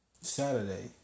Saturday